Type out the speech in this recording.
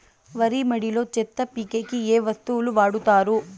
వరి మడిలో చెత్త పీకేకి ఏ వస్తువులు వాడుతారు?